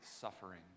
suffering